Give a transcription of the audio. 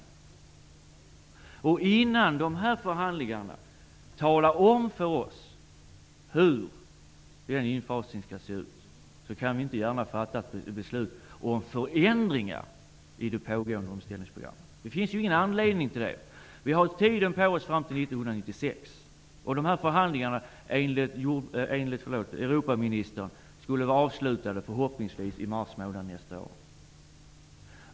Den är redan föremål för sådana diskussioner. Innan dessa förhandlingar talar om för oss hur infasningen skall se ut kan vi inte gärna fatta beslut om förändringar i pågående omställningsprogram. Det finns ingen anledning till det. Vi har tid på oss fram till 1996. Enligt Europaministern skulle förhandlingarna förhoppningsvis vara avslutade i mars månad nästa år.